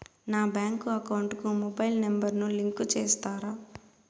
నా bank account కు mobile number ను లింకు చేస్తారా?